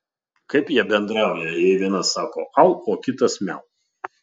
kaip jie bendrauja jei vienas sako au o kitas miau